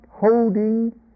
holding